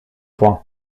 point